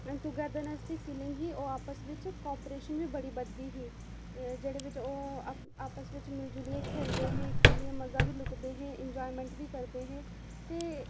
get together दी feeling ही ओह् आपस बिच कापरेशन बी बड़ी बधदी ही एह् जेह्दे बिच ओह् आपस बिच मिली जुलियै खेढदे हे खेढियै मजा बी लुटदे हे इंजायमैंट बी करदे हे ते